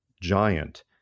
giant